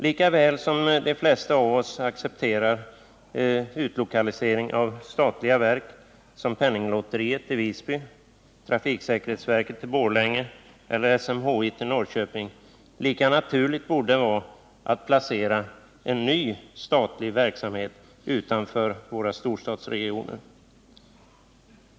Lika väl som de flesta av oss accepterar utlokalisering av statliga verk —som Penninglotteriet till Visby, trafiksäkerhetsverket till Borlänge och SMHI till Norrköping — lika naturligt borde det vara att placera en ny statlig verksamhet utanför våra storstadsregioner.